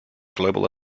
global